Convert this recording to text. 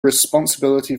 responsibility